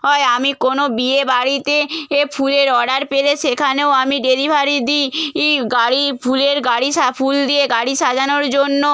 হয় আমি কোনো বিয়েবাড়িতে এ ফুলের অর্ডার পেলে সেখানেও আমি ডেলিভারি দিই ই গাড়ি ফুলের গাড়ি সা ফুল দিয়ে গাড়ি সাজানোর জন্য